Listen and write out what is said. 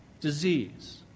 disease